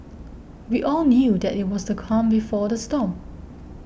we all knew that it was the calm before the storm